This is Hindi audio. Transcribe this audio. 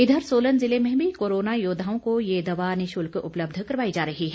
इधर सोलन जिले में भी कोरोना योद्दाओं को ये दवा निशुल्क उपलब्ध करवाई जा रही है